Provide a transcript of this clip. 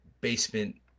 basement